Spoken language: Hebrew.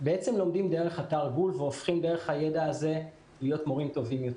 לומדים דרך אתר גול והופכים דרך הידע הזה להיות מורים טובים יותר.